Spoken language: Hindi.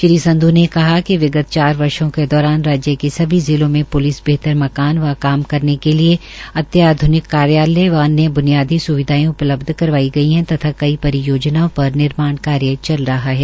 श्री संध् ने कहा कि विगत चार वर्षो के दौरान राज्य के सभी जिलों में प्लिस बेहतर मकान व काम करने के लिये अत्याध्निक कार्यालय व अन्य ब्नियादी स्विधायें उपलब्ध करवाई गई है तथा कई परियोजनाओ पर निर्माण कार्य चल रहा है